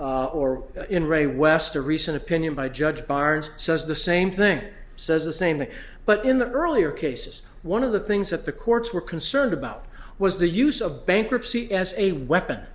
men or in re west a recent opinion by judge barnes says the same thing says the same thing but in the earlier cases one of the things that the courts were concerned about was the use of bankruptcy as a weapon